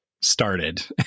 started